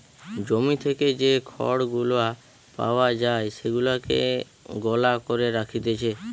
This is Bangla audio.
জমি থেকে যে খড় গুলা পাওয়া যায় সেগুলাকে গলা করে রাখতিছে